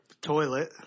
toilet